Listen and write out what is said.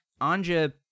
Anja